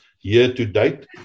year-to-date